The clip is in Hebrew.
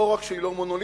לא רק שהיא לא מונוליטית,